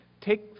Take